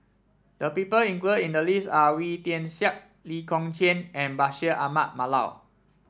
the people included in the list are Wee Tian Siak Lee Kong Chian and Bashir Ahmad Mallal